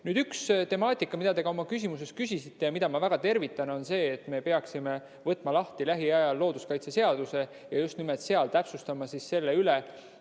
üks temaatika, mille kohta te ka oma küsimuses küsisite ja mida ma väga tervitan, on see, et me peaksime võtma lahti lähiajal looduskaitseseaduse ja just nimelt seal täpsustama üle,